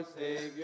Savior